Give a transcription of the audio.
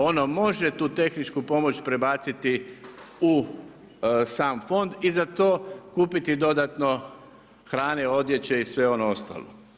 Ono može tu tehničku pomoć prebaciti u sam fond i za to kupiti dodatno hrane, odjeće i sve ono ostalo.